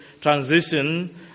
transition